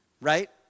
right